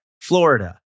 Florida